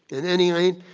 at any rate,